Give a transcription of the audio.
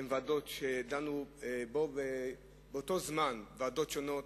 דנו בו באותו זמן ועדות שונות.